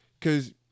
Cause